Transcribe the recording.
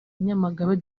nyamagabe